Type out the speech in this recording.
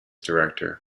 director